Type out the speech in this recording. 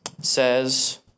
says